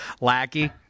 Lackey